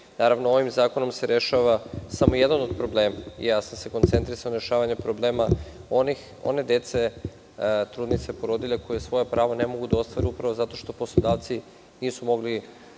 temi. Naravno, ovim zakonom se rešava samo jedan od problema. Ja sam se skoncentrisao na rešavanje problema one dece, trudnica i porodilja koja svoja prava ne mogu da ostvare upravo zato što poslodavci nisu mogli